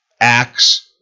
Acts